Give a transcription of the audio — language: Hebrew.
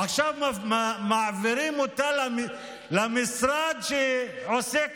עכשיו מעבירים אותה למשרד שעוסק